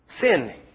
Sin